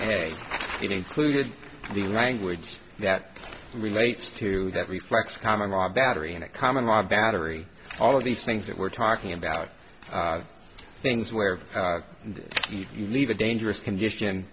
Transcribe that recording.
a it included the language that relates to that reflects common law battery and a common law battery all of these things that we're talking about things where and eat you leave a dangerous condition